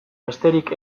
besterik